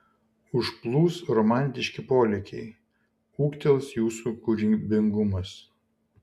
užplūs romantiški polėkiai ūgtels jūsų kūrybingumas